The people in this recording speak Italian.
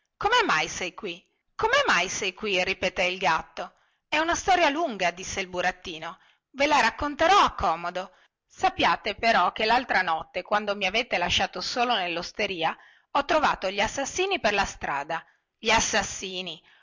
come mai sei qui come mai sei qui ripeté il gatto è una storia lunga disse il burattino e ve la racconterò a comodo sappiate però che laltra notte quando mi avete lasciato solo nellosteria ho trovato gli assassini per la strada gli assassini